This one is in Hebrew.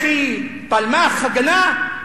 לח"י, פלמ"ח, "ההגנה"